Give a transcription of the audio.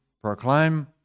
proclaim